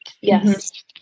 Yes